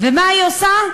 ומה היא עושה?